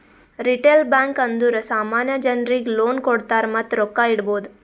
retail bank ಅಂದುರ್ ಸಾಮಾನ್ಯ ಜನರಿಗ್ ಲೋನ್ ಕೊಡ್ತಾರ್ ಮತ್ತ ರೊಕ್ಕಾ ಇಡ್ಬೋದ್